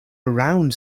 around